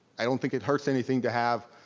i don't think it hurts anything to have,